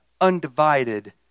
undivided